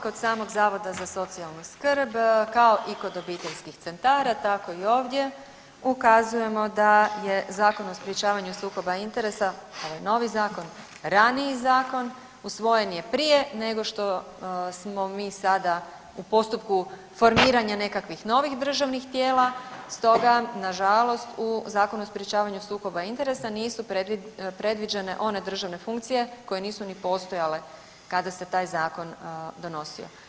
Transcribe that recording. Pa kao i kod samog zavoda za socijalnu skrb, kao i kod obiteljskih centara tako i ovdje ukazujemo da je Zakon o sprječavanju sukoba interesa ovaj novi zakon, raniji zakon usvojen je prije nego što smo mi sada u postupku formiranja nekakvih novih državnih tijela stoga nažalost u Zakon o sprječavanju sukoba interesa nisu predviđene one državne funkcije koje nisu ni postojale kada se taj zakon donosio.